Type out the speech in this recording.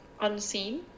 unseen